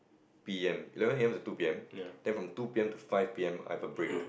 P_M eleven A_M to two P_M then from two P_M to five P_M I have a break